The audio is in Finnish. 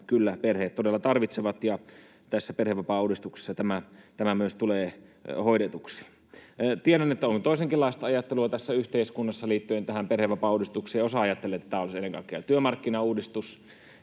kyllä perheet todella tarvitsevat, ja tässä perhevapaauudistuksessa tämä myös tulee hoidetuksi. Tiedän, että on toisenkinlaista ajattelua tässä yhteiskunnassa liittyen tähän perhevapaauudistukseen. Osa ajattelee, että tämä olisi ennen kaikkea työmarkkinauudistus,